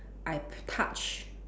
I touch